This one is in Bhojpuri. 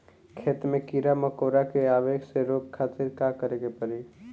खेत मे कीड़ा मकोरा के आवे से रोके खातिर का करे के पड़ी?